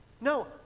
no